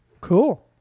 cool